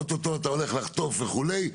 אוטוטו אתה הולך 'לחטוף' וכו'",